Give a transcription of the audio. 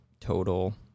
total